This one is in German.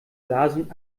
lasen